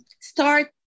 start